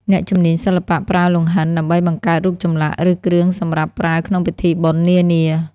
អ្នកជំនាញសិល្បៈប្រើលង្ហិន ដើម្បីបង្កើតរូបចម្លាក់ឬគ្រឿងសម្រាប់ប្រើក្នុងពិធីបុណ្យនានា។